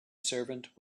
servant